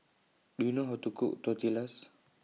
Do YOU know How to Cook Tortillas